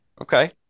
Okay